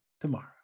tomorrow